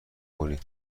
کنی